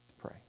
pray